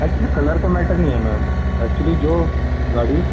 actually colour का matter नहीं है मैम एकच्वली जो गाड़ी